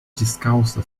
descalça